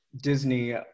Disney